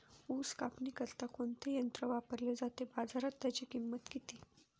ऊस कापणीकरिता कोणते यंत्र वापरले जाते? बाजारात त्याची किंमत किती?